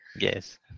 Yes